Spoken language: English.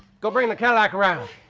go bring the cadillac around.